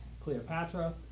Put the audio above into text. Cleopatra